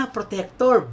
Protector